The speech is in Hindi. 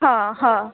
हाँ हाँ